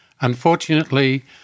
Unfortunately